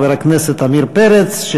חבר הכנסת עמיר פרץ,